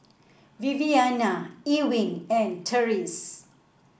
Viviana Ewing and Tyrese